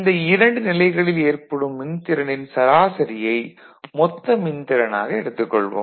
இந்த இரண்டு நிலைகளில் ஏற்படும் மின்திறனின் சராசரியை மொத்த மின்திறனாக எடுத்துக் கொள்வோம்